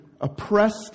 oppressed